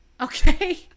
Okay